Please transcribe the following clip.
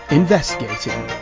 investigating